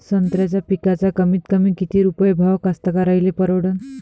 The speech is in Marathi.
संत्र्याचा पिकाचा कमीतकमी किती रुपये भाव कास्तकाराइले परवडन?